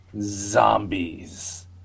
Zombies